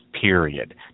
period